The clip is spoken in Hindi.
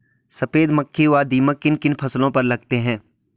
सफेद मक्खी व दीमक किन किन फसलों पर लगते हैं?